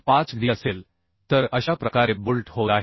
5d असेल तर अशा प्रकारे बोल्ट होल आहे